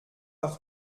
par